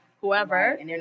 whoever